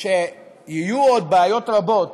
שיהיו עוד בעיות רבות